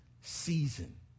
season